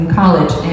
college